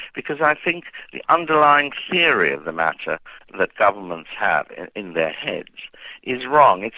because i think the underlying theory of the matter that governments have in their heads is wrong.